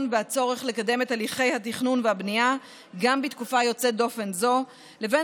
והצורך לקדם את הליכי התכנון והבנייה גם בתקופה יוצאת דופן זו לבין